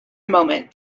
moment